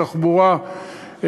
תחבורה,